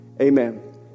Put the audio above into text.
amen